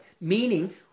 meaning